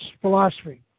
philosophy